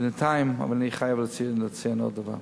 בינתיים, אני חייב לציין עוד דבר.